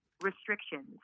restrictions